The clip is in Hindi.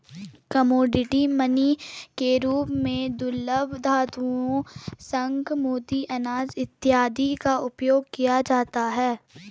कमोडिटी मनी के रूप में दुर्लभ धातुओं शंख मोती अनाज इत्यादि का उपयोग किया जाता है